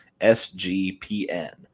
SGPN